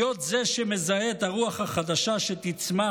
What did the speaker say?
להיות זה שמזהה את הרוח החדשה שתצמח